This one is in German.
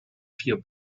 vier